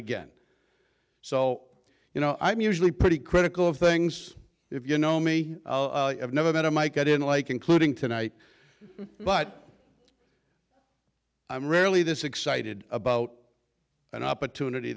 again so you know i'm usually pretty critical of things if you know me i've never met a mike i didn't like including tonight but i'm rarely this excited about an opportunity